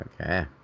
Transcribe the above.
Okay